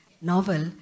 novel